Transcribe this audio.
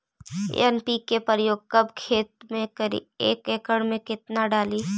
NPK प्रयोग कब खेत मे करि एक एकड़ मे कितना डाली?